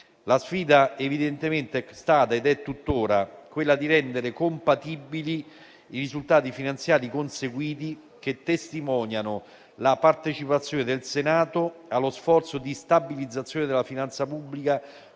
è stata ed è tuttora quella di rendere compatibili i risultati finanziari conseguiti, che testimoniano la partecipazione del Senato allo sforzo di stabilizzazione della finanza pubblica